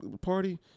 party